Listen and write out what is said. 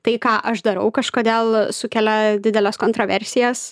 tai ką aš darau kažkodėl sukelia dideles kontroversijas